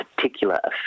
particular